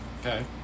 Okay